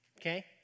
Okay